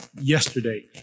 yesterday